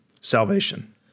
Salvation